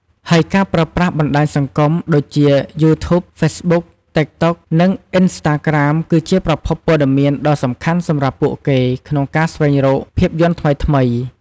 ហើយការប្រើប្រាស់បណ្ដាញសង្គមដូចជា យូធូប ហ្វេសប៊ុក តិកតុក និងអ៊ីនស្តារក្រាមគឺជាប្រភពព័ត៌មានដ៏សំខាន់សម្រាប់ពួកគេក្នុងការស្វែងរកភាពយន្តថ្មីៗ។